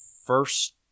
first